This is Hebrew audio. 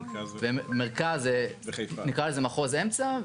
מרכז, נקרא לזה מחוז אמצע.